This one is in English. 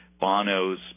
Bono's